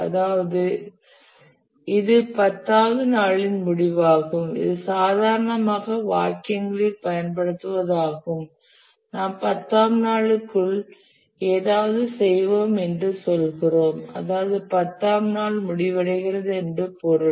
அதாவது இது 10 வது நாளின் முடிவாகும் இது சாதாரணமாக வாக்கியங்களில் பயன்படுத்துவதாகும் நாம் 10 ஆம் நாளுக்குள் ஏதாவது செய்வோம் என்று சொல்கிறோம் அதாவது 10 ஆம் நாள் முடிவடைகிறது என்று பொருள்